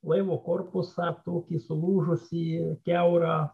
laivo korpusą tokį sulūžusį ir kiaurą